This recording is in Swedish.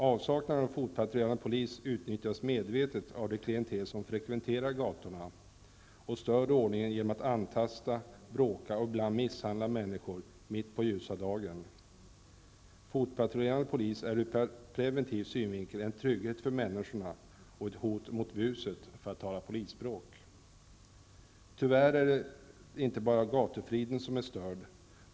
Avsaknaden av fotpatrullerande polis utnyttjas medvetet av det klientel som frekventerar gatorna och stör ordningen genom att antasta, bråka med och ibland misshandla människor mitt på ljusa dagen. Fotpatrullerande polis är ur preventiv synvinkel en trygghet för människorna och ett hot mot buset, för att tala polisspråk. Tyvärr är det inte bara gatufriden som är störd.